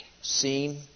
seen